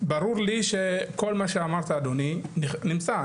ברור לי שכל מה שאמרת אדוני נמצא,